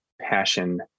passion